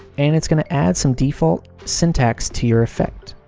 and it's gonna add some default syntax to your effect.